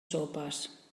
sopes